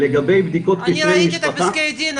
אני ראיתי את הפסקי דין,